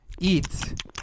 eat